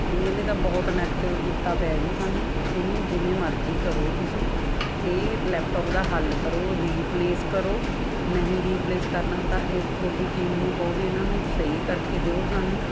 ਹਾਂਜੀ ਇਹਨੇ ਤਾਂ ਬਹੁਤ ਨੈਗੇਟਿਵ ਕੀਤਾ ਪਿਆ ਜੀ ਸਾਨੂੰ ਇਹਨੂੰ ਜਿਵੇਂ ਮਰਜ਼ੀ ਕਰੋ ਤੁਸੀਂ ਇਹ ਲੈਪਟੋਪ ਦਾ ਹੱਲ ਕਰੋ ਰੀਪਲੇਸ ਕਰੋ ਨਹੀਂ ਰੀਪਲੇਸ ਕਰਨਾ ਤਾਂ ਇਹ ਤੁਹਾਡੀ ਟੀਮ ਨੂੰ ਕਹੋ ਵੀ ਇਹਨਾਂ ਨੂੰ ਸਹੀ ਕਰਕੇ ਦਿਓ ਸਾਨੂੰ